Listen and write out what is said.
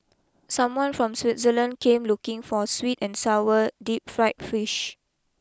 someone from Switzerland came looking for sweet and Sour deep Fried Fish